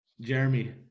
Jeremy